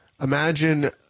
Imagine